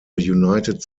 united